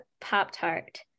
Pop-Tart